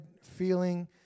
feeling